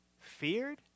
feared